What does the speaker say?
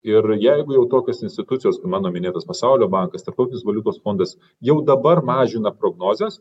ir jeigu jau tokios institucijos kaip mano minėtas pasaulio bankas tarptautinis valiutos fondas jau dabar mažina prognozes